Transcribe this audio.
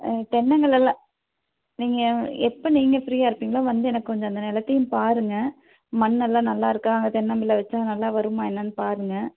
தென்னங்கள் எல்லாம் நீங்கள் எப்போ நீங்கள் ஃப்ரீயாக இருப்பீங்களோ வந்து எனக்கு கொஞ்சம் அந்த நிலத்தையும் பாருங்கள் மண்ணெல்லாம் நல்லாயிருக்கா அங்கே தென்னம்பிள்ளை வைச்சா நல்லா வருமா என்னன்னு பாருங்கள்